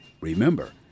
Remember